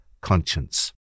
conscience